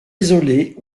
isolée